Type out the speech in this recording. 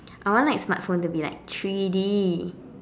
I want like smartphone to be like three D